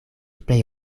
plej